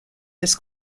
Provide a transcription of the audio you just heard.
this